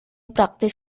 praktis